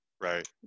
Right